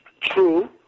True